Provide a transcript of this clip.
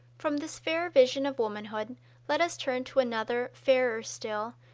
from this fair vision of womanhood let us turn to another, fairer still,